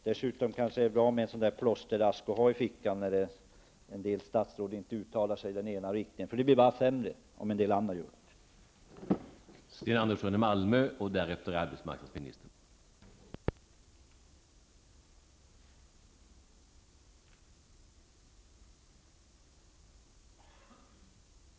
Dessutom kanske det är bra för arbetsmarknadsministern att han en plåsterask i fickan, när en del statsråd vill uttala sig, för det blir bara sämre då andra gör det.